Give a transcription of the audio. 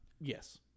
yes